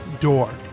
door